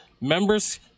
Members